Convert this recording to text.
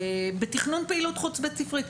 בתכנון פעילות חוץ בית ספרית,